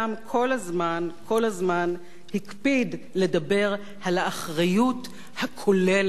כל הזמן הקפיד לדבר על האחריות הכוללת של מנהיגות.